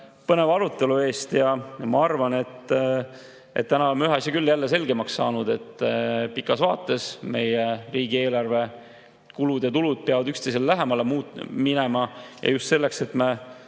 põneva arutelu eest! Ma arvan, et me oleme täna ühe asja küll selgemaks saanud: pikas vaates meie riigieelarve kulud ja tulud peavad üksteisele lähemale minema ja just selleks, et me